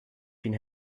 been